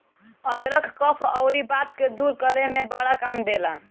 अदरक कफ़ अउरी वात के दूर करे में बड़ा काम देला